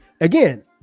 again